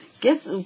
Guess